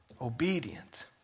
Obedient